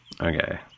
Okay